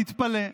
תתפלא,